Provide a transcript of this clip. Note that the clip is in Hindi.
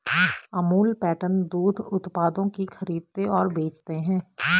अमूल पैटर्न दूध उत्पादों की खरीदते और बेचते है